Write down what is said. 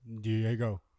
Diego